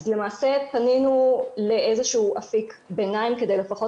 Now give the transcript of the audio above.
אז למעשה פנינו לאיזה שהוא אפיק ביניים כדי לפחות